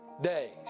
days